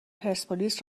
پرسپولیس